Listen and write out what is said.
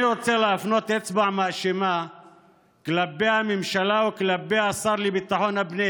אני רוצה להפנות אצבע מאשימה כלפי הממשלה וכלפי השר לביטחון הפנים